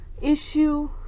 issue